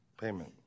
payment